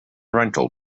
rental